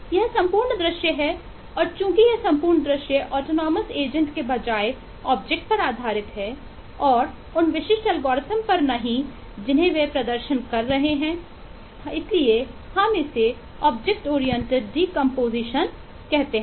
यह संपूर्ण दृश्य है और चूंकि यह संपूर्ण दृश्य ऑटोनॉमस एजेंट कहते हैं